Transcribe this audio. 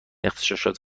اغتشاشات